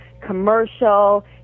commercial